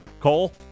Cole